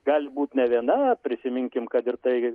gali būt ne viena prisiminkim kad ir tai